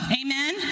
Amen